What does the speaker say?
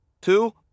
Two